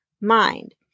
mind